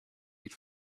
eat